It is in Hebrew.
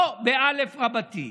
לא באלף רבתי.